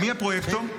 מי הפרויקטור?